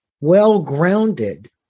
well-grounded